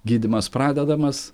gydymas pradedamas